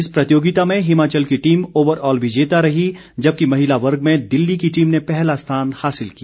इस प्रतियोगिता में हिमाचल की टीम ओवर ऑल विजेता रही जबकि महिला वर्ग में दिल्ली की टीम ने पहला स्थान हासिल किया